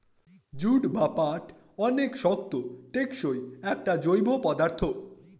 jute বা পাট অনেক শক্ত, টেকসই একটা জৈব পদার্থ